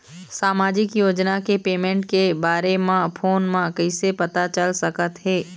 सामाजिक योजना के पेमेंट के बारे म फ़ोन म कइसे पता चल सकत हे?